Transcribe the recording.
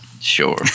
Sure